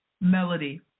melody